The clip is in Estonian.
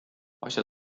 asja